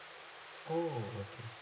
oh okay